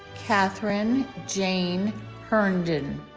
katherine jane herndon